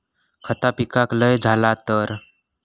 खता पिकाक लय झाला तर?